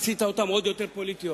עשית אותן עוד יותר פוליטיות.